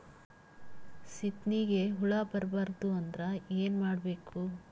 ಸೀತ್ನಿಗೆ ಹುಳ ಬರ್ಬಾರ್ದು ಅಂದ್ರ ಏನ್ ಮಾಡಬೇಕು?